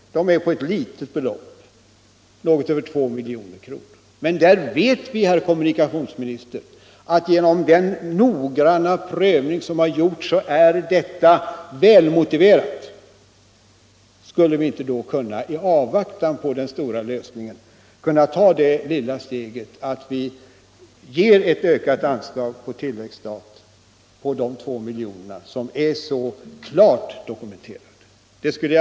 Det gäller här bara ett litet belopp - något över 2 milj.kr. 87 Genom den noggranna prövning som gjorts vet vi att ett sådant anslag är väl motiverat. Skulle vi då inte — i avvaktan på den stora lösningen — kunna ta det lilla steget att på tilläggsstat anslå 2 miljoner till detta klart dokumenterade behov?